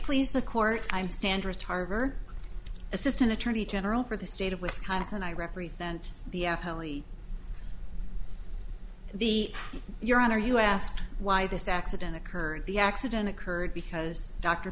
please the court i'm standard tarver assistant attorney general for the state of wisconsin i represent the aft helli the your honor you asked why this accident occurred the accident occurred because dr